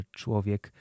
człowiek